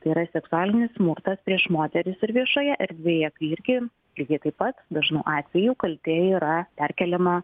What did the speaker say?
tai yra seksualinis smurtas prieš moteris ir viešoje erdvėje kai irgi lygiai taip pat dažnu atveju kaltė yra perkeliama